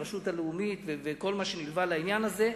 הרשות הלאומית וכל מה שנלווה לעניין הזה?